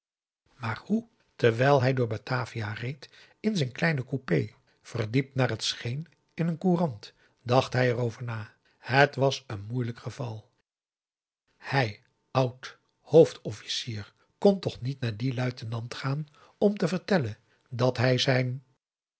maar hoe terwijl hij door batavia reed in zijn kleine coupé verdiept naar het scheen in een courant dacht hij er over na het was een moeilijk geval hij oud hoofdofficier kon toch niet naar dien luitenant gaan om te vertellen dat hij zijn